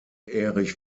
erich